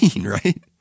right